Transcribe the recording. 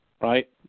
right